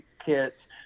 kits